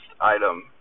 item